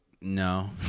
no